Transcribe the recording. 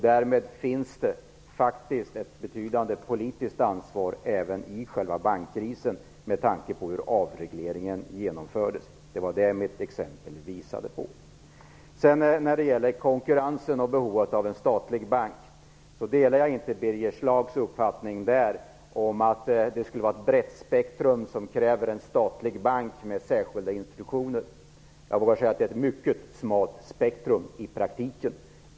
Det finns därmed ett betydande politiskt ansvar även i själva bankkrisen med tanke på hur avregleringen genomfördes. Det var det mitt exempel visade. När det gäller konkurrensen och behovet av en statlig bank vill jag säga att jag inte delar Birger Schlaugs uppfattning att det skulle vara ett brett spektrum som kräver en statlig bank med särskilda instruktioner. Det är ett mycket smalt spektrum i praktiken.